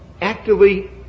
actively